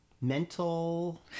mental